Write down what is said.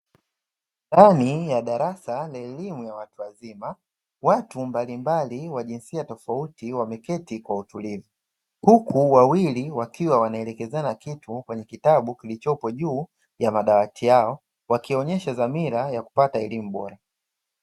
Ndani ya darasa ni elimu ya watu wazima, watu mbalimbali wa jinsia tofauti wameketi kwa utulivu. Huku wawili wakiwa wanaelekezana kitu kwenye kitabu kilichopo juu ya madawati yao. Wakionyesha dhamira ya kupata elimu bora.